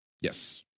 Yes